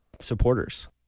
supporters